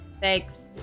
Thanks